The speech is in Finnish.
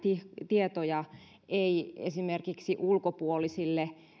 tietoja ei esimerkiksi ulkopuolisille